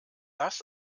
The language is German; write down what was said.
das